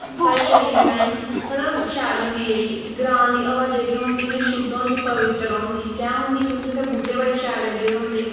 साढ़े शरीर ताईं मतलब शैल होंदी जेह्ड़ी ग्रां दी हवा जेह्ड़ी होंदी इ'यां शुद्ध होंदी पवित्तर होंदी कैंह् होंदी क्योंकि उत्थै बूह्टे शैल लग्गे दे होंदे